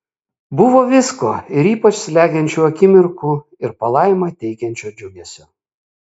buvo visko ir ypač slegiančių akimirkų ir palaimą teikiančio džiugesio